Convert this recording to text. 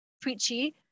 preachy